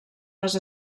les